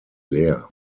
leer